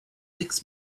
six